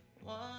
One